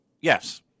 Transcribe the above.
yes